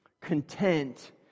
Content